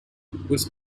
was